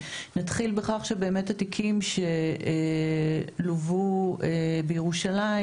נתחיל בכך שבאמת התיקים שלוו בירושלים